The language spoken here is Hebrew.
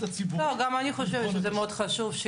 זה מאוד חשוב.